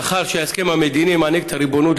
מאחר שההסכם המדיני מעניק את הריבונות